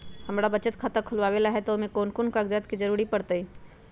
हमरा बचत खाता खुलावेला है त ए में कौन कौन कागजात के जरूरी परतई?